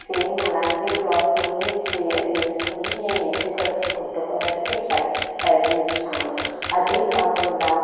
same అలాంటి cloth లోని చీర తీసుకుని నేను ఇంటికి వచ్చి కుట్టుకోవడానికి ట్రై ప్రయత్నించాను అదే కాకుండా